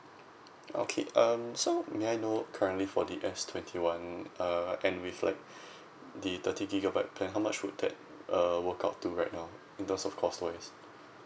okay um so may I know currently for the S twenty one uh and with like the thirty gigabyte plan how much would that uh work out to right now in terms of cost wise